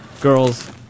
Girls